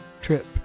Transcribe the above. trip